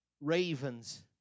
ravens